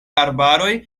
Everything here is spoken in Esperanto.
arbaroj